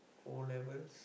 O-levels